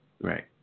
Right